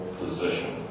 position